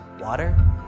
water